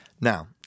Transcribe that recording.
Now